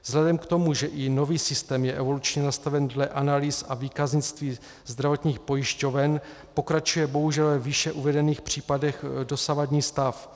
Vzhledem k tomu, že i nový systém je evolučně nastaven dle analýz a výkaznictví zdravotních pojišťoven, pokračuje bohužel ve výše uvedených případech dosavadní stav.